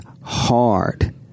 hard